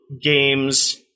games